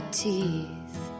teeth